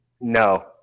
No